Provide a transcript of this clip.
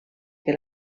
que